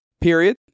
period